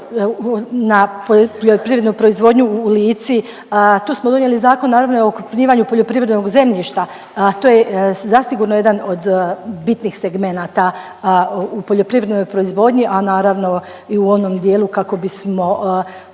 na poljoprivrednu proizvodnju u Lici, tu smo donijeli zakon naravno i okrupnjivanju poljoprivrednog zemljišta, ta to je zasigurno jedan od bitnih segmenata u poljoprivrednoj proizvodnji, a naravno i u onom dijelu kako bismo